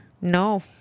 No